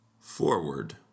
Forward